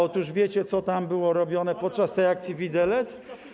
Otóż wiecie, co tam było robione podczas tej akcji „Widelec”